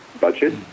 budget